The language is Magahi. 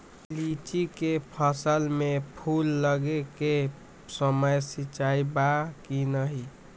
लीची के फसल में फूल लगे के समय सिंचाई बा कि नही?